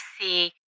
see